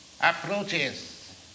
approaches